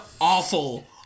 awful